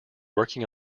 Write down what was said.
working